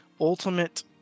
ultimate